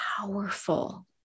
powerful